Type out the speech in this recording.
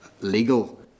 legal